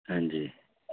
हां जी